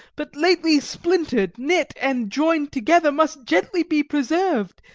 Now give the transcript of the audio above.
but lately splinter'd, knit, and join'd together, must gently be preserv'd,